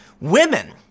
Women—